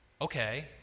Okay